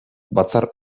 batzar